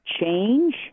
change